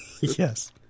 Yes